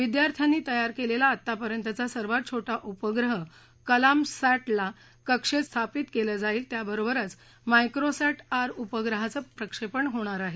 विद्यार्थ्यांनी तयार केलेल्या आतापर्यंतचा सर्वात छोटा उपग्रह कलामसॅटला कक्षेत स्थापित केलं जाईल त्याचबरोबर मायक्रोसॅट आर उपग्रहाचं प्रक्षेपण होणार आहे